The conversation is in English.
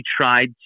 tried